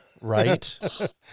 Right